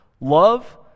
Love